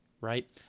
right